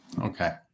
Okay